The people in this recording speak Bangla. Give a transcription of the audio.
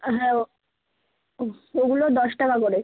হ্যাঁ ও ওগুলো দশ টাকা করে